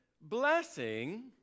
blessing